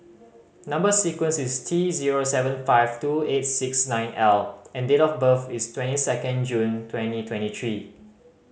number sequence is T zero seven five two eight six nine L and date of birth is twenty second June twenty twenty three